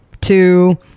Two